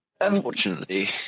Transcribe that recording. Unfortunately